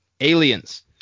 Aliens